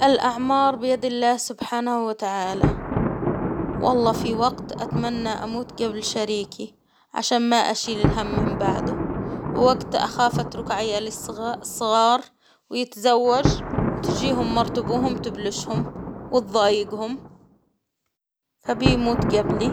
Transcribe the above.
الأعمار بيد الله سبحانه وتعالى، والله في وقت أتمنى أموت جبل شريكي عشان ما أشيل الهم مم بعده، ووقت أخاف أترك عيال الصغار ويتزوج وتجيهم مرة أبوهم تبلشهم، وتظايقهم فبيموت قبلي.